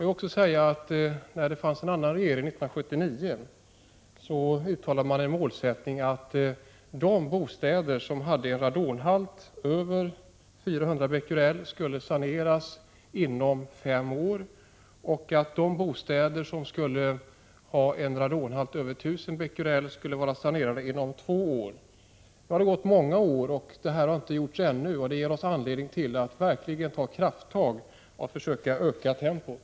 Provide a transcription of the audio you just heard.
År 1979, när vi hade en annan regering, uttalades målsättningen att bostäder med en radonhalt på över 400 bq skulle saneras inom fem år och att bostäder med en radonhalt på över 1 000 bq skulle vara sanerade inom två år. Nu har det gått många år, och detta har ännu inte gjorts. Det ger oss anledning att verkligen ta krafttag och försöka öka tempot.